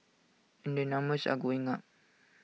and the numbers are going up